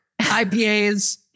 IPAs